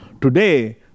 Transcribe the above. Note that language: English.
today